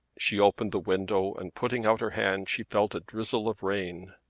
she opened the window and putting out her hand she felt a drizzle of rain.